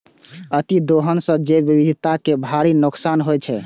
अतिदोहन सं जैव विविधता कें भारी नुकसान होइ छै